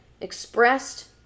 expressed